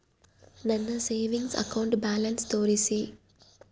ನನ್ನ savings account balance ತೋರಿಸಿ?